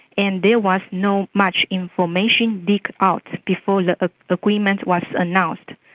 and there was not much information leaked out before the ah agreement was announced.